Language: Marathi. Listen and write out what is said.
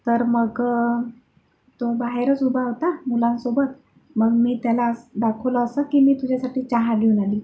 तर मग तो बाहेरच उभा होता मुलांसोबत मग मी त्याला असं दाखवलं असं की मी तुझ्यासाठी चहा घेऊन आली